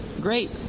Great